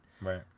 Right